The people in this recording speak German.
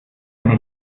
eine